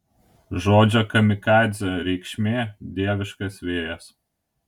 žodžio kamikadzė reikšmė dieviškas vėjas